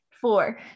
Four